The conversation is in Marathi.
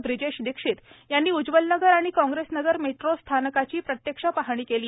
ब्रिजेश दीक्षित यांनी उज्ज्वल नगर आणि काँग्रेस नगर मेट्रो स्थानकाची प्रत्यक्ष पाहणी केली